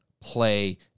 play